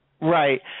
Right